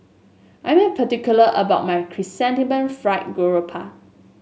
I am particular about my Chrysanthemum Fried Garoupa